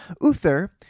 uther